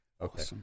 Okay